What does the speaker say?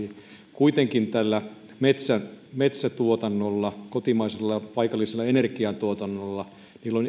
kuitenkin tällä metsätuotannolla kotimaisella paikallisella energiantuotannolla on